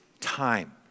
time